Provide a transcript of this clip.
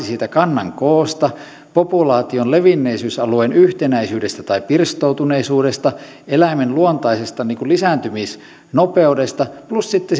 siitä kannan koosta populaation levinnäisyysalueen yhtenäisyydestä tai pirstoutuneisuudesta eläimen luontaisesta lisääntymisnopeudesta plus sitten